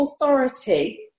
authority